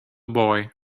boy